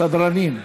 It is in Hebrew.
סדרנים,